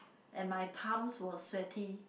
and my palms were sweaty